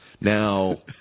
Now